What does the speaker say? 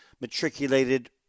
matriculated